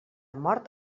mort